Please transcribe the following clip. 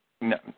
No